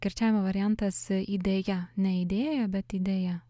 kirčiavimo variantas idėja ne idėja bet idėja